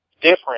different